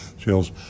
sales